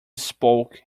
spoke